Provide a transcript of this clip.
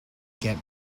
get